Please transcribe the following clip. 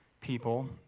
people